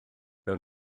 mewn